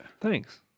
Thanks